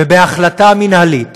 ובהחלטה מינהלית